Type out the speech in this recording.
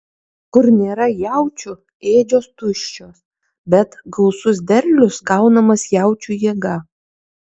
kur nėra jaučių ėdžios tuščios bet gausus derlius gaunamas jaučių jėga